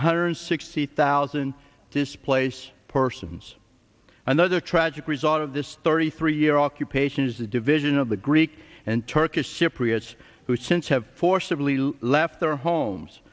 hundred sixty thousand this place persons another tragic result of this thirty three year occupation is the division of the greek and turkish cypriots who since have forcibly left their homes